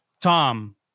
Tom